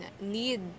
need